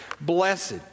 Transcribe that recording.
Blessed